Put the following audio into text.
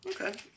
Okay